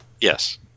Yes